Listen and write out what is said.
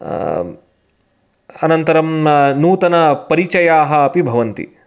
अनन्तरं नूतन परिचयाः अपि भवन्ति